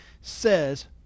says